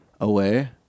away